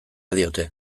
diote